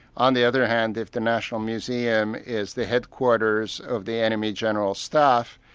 on the other hand, if the national museum is the headquarters of the enemy general staff,